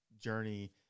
journey